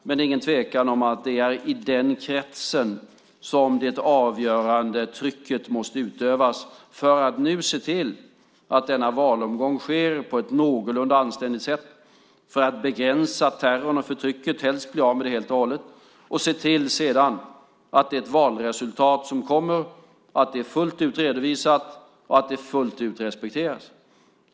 Det är ingen tvekan om att det är i den kretsen som det avgörande trycket måste utövas, för att nu se till att denna valomgång sker på ett någorlunda anständigt sätt, för att begränsa terrorn och förtrycket - helst bli av med det helt och hållet - och sedan se till att det valresultat som kommer är fullt ut redovisat och fullt ut respekteras.